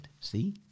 see